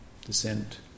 descent